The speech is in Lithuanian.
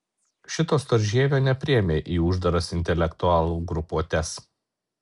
šito storžievio nepriėmė į uždaras intelektualų grupuotes